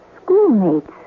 Schoolmates